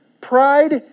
Pride